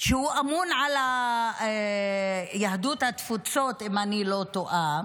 שהוא אמון על יהדות התפוצות, אם אני לא טועה,